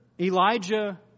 Elijah